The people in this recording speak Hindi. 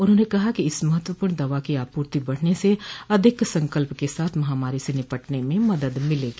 उन्होंने कहा कि इस महत्वपूर्ण दवा की आपूर्ति बढ़ने से अधिक संकल्प के साथ महामारी से निपटने में मदद मिलेगी